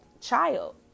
child